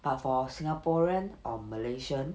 but for singaporean or malaysian